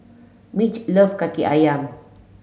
Mitch love Kaki Ayam